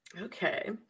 Okay